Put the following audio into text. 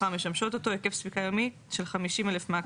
המשמשות אותו היקף ספיקה יומי של 50 אלף מ"ק,